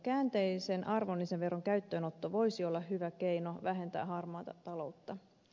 käänteisen arvonlisäveron käyttöönotto voisi olla hyvä keino vähentää harmaata taloutta